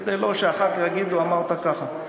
כדי שאחר כך לא יגידו: אמרת ככה.